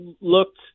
looked